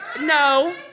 no